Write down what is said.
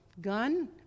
Gun